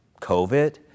COVID